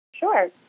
Sure